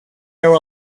were